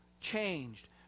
changed